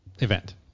event